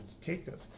detective